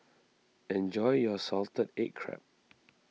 enjoy your Salted Egg Crab